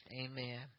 amen